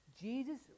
Jesus